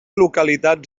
localitat